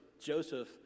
Joseph